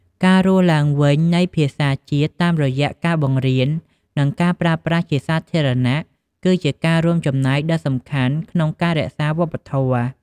ការរស់ឡើងវិញនៃភាសាជាតិ តាមរយៈការបង្រៀន និងការប្រើប្រាស់ជាសាធារណៈគឺជាការរួមចំណែកដ៏សំខាន់ក្នុងការរក្សាវប្បធម៌។